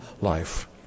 life